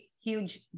huge